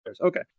Okay